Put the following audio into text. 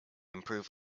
improve